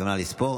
ו"נא לספור",